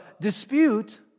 dispute